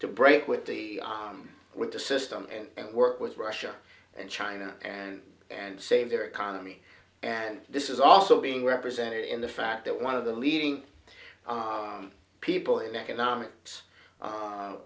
to break with the with the system and work with russia and china and and save their economy and this is also being represented in the fact that one of the leading people in